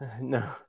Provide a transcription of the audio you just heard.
No